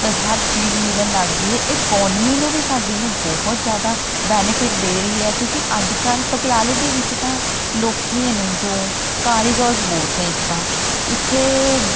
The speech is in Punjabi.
ਹਰ ਚੀਜ਼ ਮਿਲਣ ਲੱਗ ਗਈ ਇਕੋਨਮੀ ਨੂੰ ਵੀ ਸਾਡੇ ਨੂੰ ਬਹੁਤ ਜ਼ਿਆਦਾ ਬੈਨੀਫਿਟ ਦੇ ਰਹੀ ਹੈ ਕਿਉਂਕਿ ਅੱਜ ਕੱਲ੍ਹ ਪਟਿਆਲੇ ਦੇ ਵਿੱਚ ਤਾਂ ਲੋਕ ਨੇ ਜੋ ਕਾਰੀਗਰਸ ਬਹੁਤ ਨੇ ਇੱਕ ਤਾਂ ਇੱਥੇ